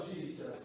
Jesus